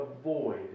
avoid